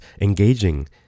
engaging